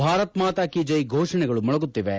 ಭಾರತ್ ಮಾತಾ ಕಿ ಜೈ ಘೋಷಣೆಗಳು ಮೊಳಗುತ್ತಿವೆ